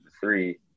three